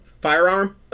firearm